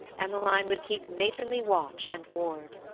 emmeline would keep matronly watch and ward.